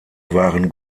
waren